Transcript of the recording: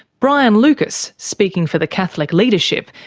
brian lucas, speaking for the catholic leadership,